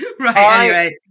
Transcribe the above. right